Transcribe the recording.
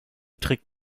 trägt